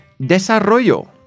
desarrollo